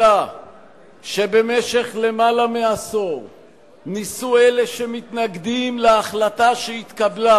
אלא שבמשך למעלה מעשור ניסו אלה שמתנגדים להחלטה שהתקבלה,